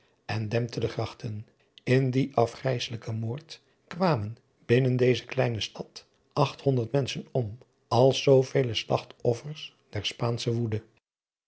en dempte de grachten in dien afgrijsselijken moord kwamen binnen deze kleine stad acht honderd menschen om als zoovele slagtofsers der spaansche woede